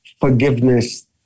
forgiveness